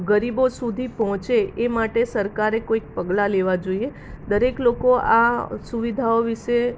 ગરીબો સુધી પહોંચે એ માટે સરકારે કોઈક પગલાં લેવાં જોઈએ દરેક લોકો આ સુવિધાઓ વિશે